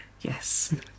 Yes